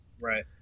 right